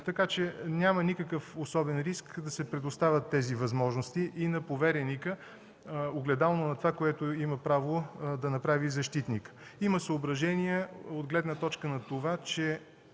Така че няма никакъв особен риск да се предоставят тези възможности и на повереника, огледално на това, което има право да направи защитникът. Има съображения от гледна точка на това, че